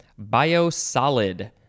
Biosolid